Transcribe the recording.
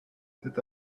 c’est